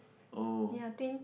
yeah